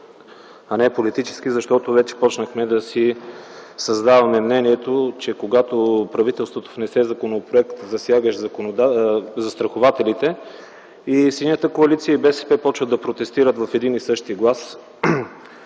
а не политически, защото вече започнахме да си създаваме мнението, че когато правителството внесе законопроект, засягащ застрахователите, Синята коалиция и БСП започват да протестират в един и същи глас.